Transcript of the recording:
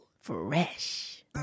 Fresh